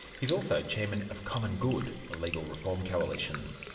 he's also chairman of common good, a legal reform coalition.